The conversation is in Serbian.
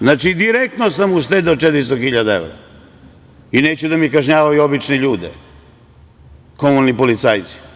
Znači, direktno sam uštedeo 400 hiljada evra i neću da mi kažnjavaju obične ljude komunalni policajci.